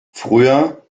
früher